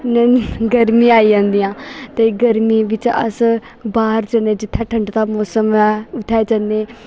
गर्मियां आई जंदियां ते गर्मियें बिच्च अस बाह्र जन्ने जित्थै ठंडा मोसम ऐ उत्थै जन्ने